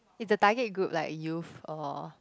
is the target group like youth or